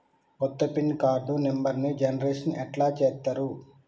కొత్త pin card నెంబర్ని generation ఎట్లా చేత్తరు?